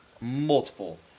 multiple